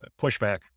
pushback